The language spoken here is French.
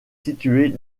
située